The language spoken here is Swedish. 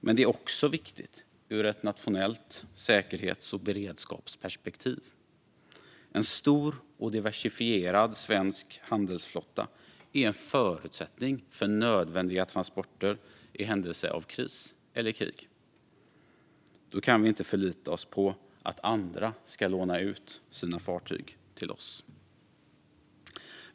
Men det är också viktigt ur ett nationellt säkerhets och beredskapsperspektiv; en stor och diversifierad svensk handelsflotta är en förutsättning för nödvändiga transporter i händelse av kris eller krig. Då kan vi inte förlita oss på att andra ska låna ut sina fartyg till oss.